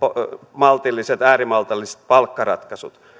maltilliset äärimaltilliset palkkaratkaisut